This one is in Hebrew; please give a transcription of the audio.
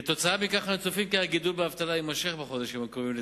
כתוצאה מכך אנו צופים כי הגידול באבטלה יימשך בחודשים הקרובים,